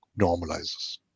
normalizes